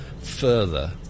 further